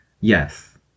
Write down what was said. Yes